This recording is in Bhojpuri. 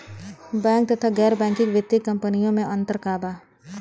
बैंक तथा गैर बैंकिग वित्तीय कम्पनीयो मे अन्तर का बा?